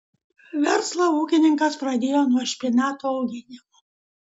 verslą ūkininkas pradėjo nuo špinatų auginimo